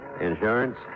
Insurance